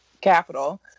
capital